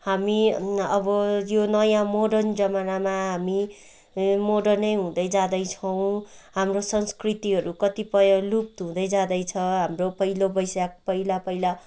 हामी अब यो नयाँ मोर्डन जमानामा हामी मोर्डनै हुँदै जाँदैछौँ हाम्रो संस्कृतिहरू कतिपय लुप्त हुँदै जाँदैछ हाम्रो पहिलो वैशाख पहिला पहिला